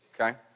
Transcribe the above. Okay